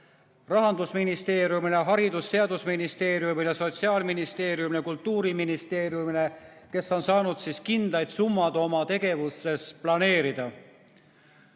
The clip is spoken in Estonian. Rahandusministeeriumile, Haridus- ja Teadusministeeriumile, Sotsiaalministeeriumile ja Kultuuriministeeriumile, kes on saanud kindlaid summasid oma tegevuses planeerida.